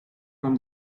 from